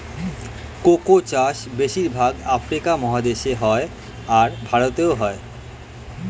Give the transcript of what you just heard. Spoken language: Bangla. কোকো চাষ বেশির ভাগ আফ্রিকা মহাদেশে হয়, আর ভারতেও হয়